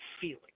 feeling